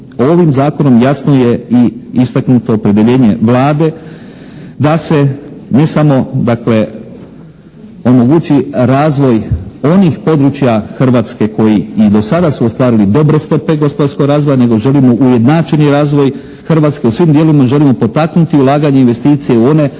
ovim zakonom jasno je i istaknuto opredjeljenje Vlade da se ne samo, dakle, omogući razvoj onih područja Hrvatske koji i do sada su ostvarili dobre stope gospodarskog razvoja nego želimo ujednačeni razvoj Hrvatske u svim dijelovima. Želimo potaknuti ulaganje investicije u ona područja